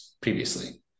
previously